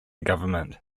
government